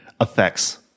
effects